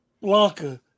Blanca